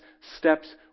steps